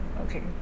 Okay